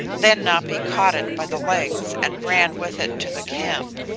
then napi caught it by the legs and ran with it to the camp,